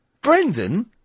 Brendan